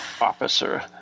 officer